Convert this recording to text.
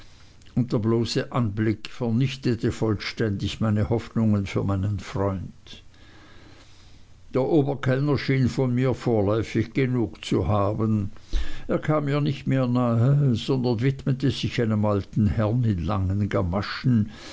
der bloße anblick vernichtete vollständig meine hoffnungen für meinen freund der oberkellner schien von mir vorläufig genug zu haben er kam mir nicht mehr nahe sondern widmete sich einem alten herrn in langen gamaschen